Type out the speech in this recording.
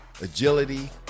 agility